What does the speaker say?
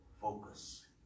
focus